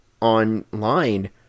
online